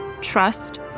trust